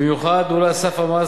במיוחד הועלה סף המס,